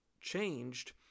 changed